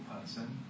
person